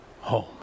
home